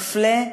מפלה,